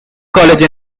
college